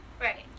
Right